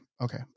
okay